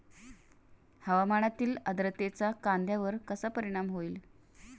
हवामानातील आर्द्रतेचा कांद्यावर कसा परिणाम होईल?